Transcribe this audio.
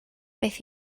beth